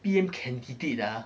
P_M candidate ah